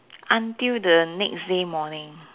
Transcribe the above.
until the next day morning